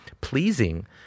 pleasing